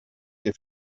que